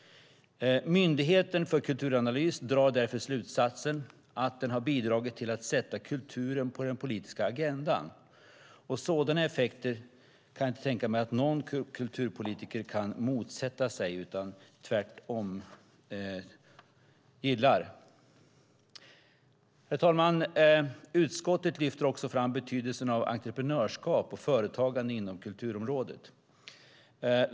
Myndigheten för kulturanalys drar därför slutsatsen att den har bidragit till att sätta kulturen på den politiska agendan. Sådana effekter kan jag inte tänka mig att någon kulturpolitiker kan motsätta sig utan tvärtom gillar. Herr talman! Utskottet lyfter också fram betydelsen av entreprenörskap och företagande inom kulturområdet.